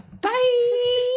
Bye